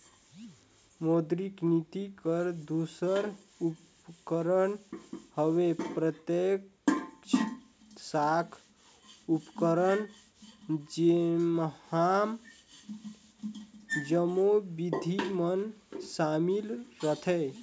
मौद्रिक नीति कर दूसर उपकरन हवे प्रत्यक्छ साख उपकरन जेम्हां जम्मो बिधि मन सामिल रहथें